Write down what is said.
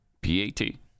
p-a-t